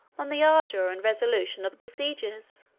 on the ardor and resolution of the besiegers.